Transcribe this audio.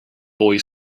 boy